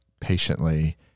patiently